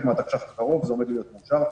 מהתקש"ח הקרוב, זה עומד להיות מאושר.